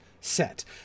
set